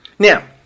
Now